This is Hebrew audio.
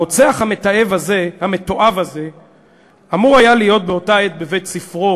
הרוצח המתועב הזה אמור היה להיות באותה עת בבית-ספרו